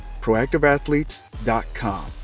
proactiveathletes.com